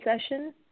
session